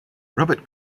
robert